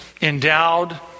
endowed